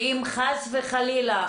ואם חס וחלילה,